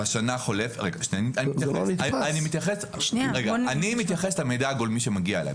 אני מתייחס למידע הגולמי שמגיע אליי.